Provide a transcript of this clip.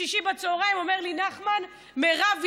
בשישי בצוהריים אומר לי נחמן: מירב,